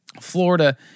Florida